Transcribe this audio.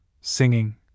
Singing